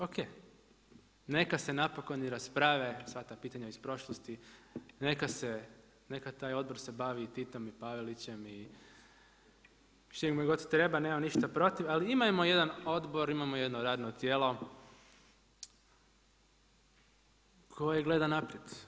O.K, neka se napokon i rasprave sva ta pitanja iz prošlosti, neka se, neka taj odbor se bavi i Titom i Pavelićem i s čime god treba, nemam ništa protiv ali imamo jedan odbor, imamo jedno radno tijelo koje gleda naprijed.